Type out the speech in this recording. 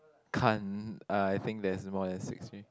can't I think there's more than six